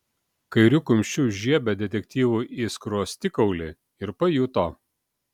kairiu kumščiu žiebė detektyvui į skruostikaulį ir pajuto